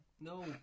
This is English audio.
no